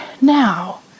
now